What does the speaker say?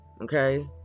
okay